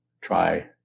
try